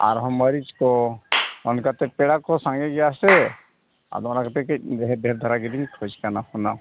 ᱟᱨᱦᱚᱸ ᱢᱟᱹᱨᱤᱪ ᱠᱚ ᱚᱱᱠᱟ ᱠᱟᱛᱮᱫ ᱯᱮᱲᱟ ᱠᱚ ᱥᱟᱸᱜᱮ ᱜᱮᱭᱟ ᱥᱮ ᱟᱫᱚ ᱚᱱᱟᱛᱮ ᱠᱟᱹᱡ ᱰᱷᱮᱹᱨ ᱰᱷᱮᱹᱨ ᱫᱷᱟᱨᱟ ᱜᱮᱞᱤᱧ ᱠᱷᱚᱡᱽ ᱠᱟᱱᱟ ᱦᱩᱱᱟᱹᱝ